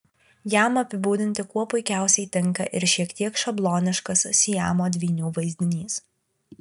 jam apibūdinti kuo puikiausiai tinka ir šiek tiek šabloniškas siamo dvynių vaizdinys